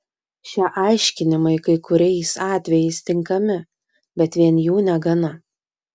šie aiškinimai kai kuriais atvejais tinkami bet vien jų negana